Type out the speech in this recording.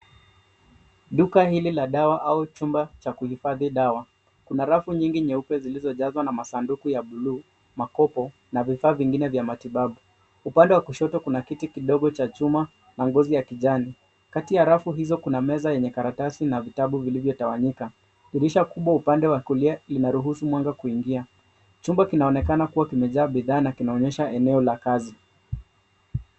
Duka hili la dawa au chumba cha kuhifadhi dawa. Kuna rafu nyingi nyeupe zilizojazwa na masanduku ya bluu, makopo na vifaa vingine vya matibabu. Upande wa kushoto kuna kiti kidogo cha chuma na ngozi ya kijani. Kati ya rafu hizo kuna meza yenye karatasi na vitabu vilivyotawanyika. Dirisha kubwa upande wa kulia inaruhusu mwanga kuingia. Chumba kinaonekana kuwa kimejaa bidhaa na kinaonyesha eneo la kazi.